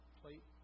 plate